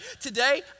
today